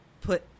put